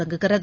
தொடங்குகிறது